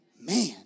Man